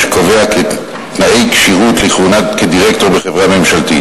אדוני היושב-ראש,